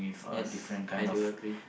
yes I do agree